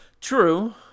True